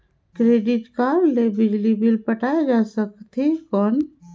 Debit card ले बिजली bill पटाय जा सकथे कौन?